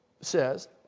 says